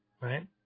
right